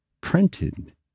printed